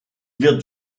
wird